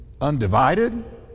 undivided